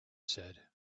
said